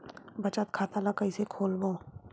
बचत खता ल कइसे खोलबों?